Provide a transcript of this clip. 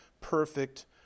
perfect